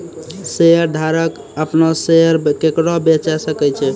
शेयरधारक अपनो शेयर केकरो बेचे सकै छै